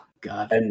god